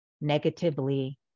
negatively